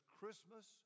Christmas